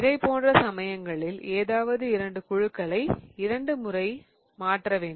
இதைப் போன்ற சமயங்களில் ஏதாவது இரண்டு குழுக்களை இரண்டு முறை மாற்ற வேண்டும்